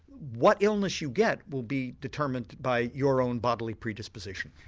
what illness you get will be determined by your own bodily predisposition.